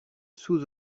sous